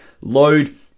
load